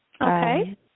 Okay